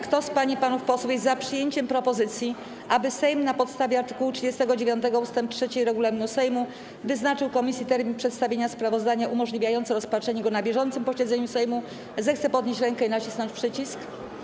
Kto z pań i panów posłów jest za przyjęciem propozycji, aby Sejm, na podstawie artykułu 39 ust. 3 Regulaminu Sejmu, wyznaczył komisji termin przedstawienia sprawozdania umożliwiający rozpatrzenie go na bieżącym posiedzeniu Sejmu, zechce podnieść rękę i nacisnąć przycisk.